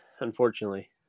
unfortunately